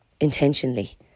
intentionally